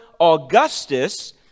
Augustus